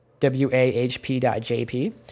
wahp.jp